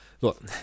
look